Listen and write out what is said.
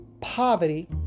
poverty